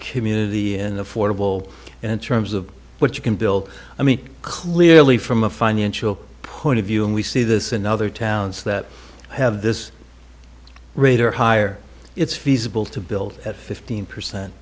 community and affordable and terms of what you can build i mean clearly from a financial point of view and we see this in other towns that have this rater higher it's feasible to build at fifteen percent